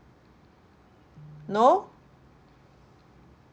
no